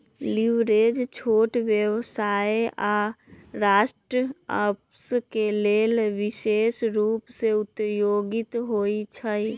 leverage छोट व्यवसाय आऽ स्टार्टअप्स के लेल विशेष रूप से उपयोगी होइ छइ